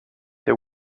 they